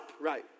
Right